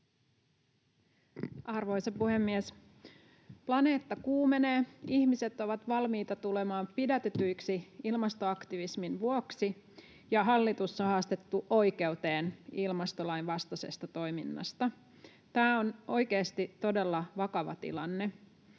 Arvoisa puhemies! Planeetta kuumenee, ihmiset ovat valmiita tulemaan pidätetyiksi ilmastoaktivismin vuoksi, ja hallitus on haastettu oikeuteen ilmastolain vastaisesta toiminnasta. Tämä on oikeasti todella vakava tilanne.